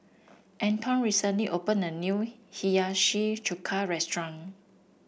Anton recently opened a new Hiyashi Chuka restaurant